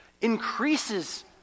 Increases